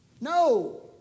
No